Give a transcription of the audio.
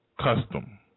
custom